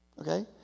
Okay